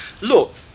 look